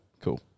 Cool